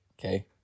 okay